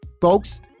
Folks